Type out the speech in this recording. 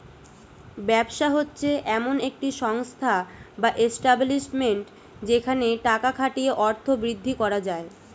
ব্যবসা হচ্ছে এমন একটি সংস্থা বা এস্টাব্লিশমেন্ট যেখানে টাকা খাটিয়ে অর্থ বৃদ্ধি করা যায়